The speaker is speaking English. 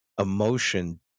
emotion